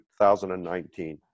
2019